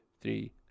three